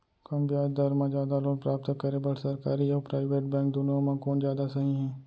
कम ब्याज दर मा जादा लोन प्राप्त करे बर, सरकारी अऊ प्राइवेट बैंक दुनो मा कोन जादा सही हे?